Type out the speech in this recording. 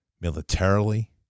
militarily